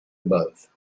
above